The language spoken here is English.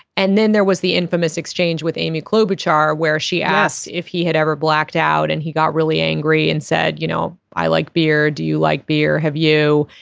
and then there was the infamous exchange with amy klobuchar where she asked if he had ever blacked out and he got really angry and said you know i like beer do you like beer have you.